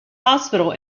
hospital